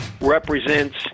represents